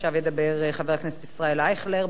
עכשיו ידבר חבר הכנסת אייכלר,